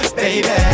baby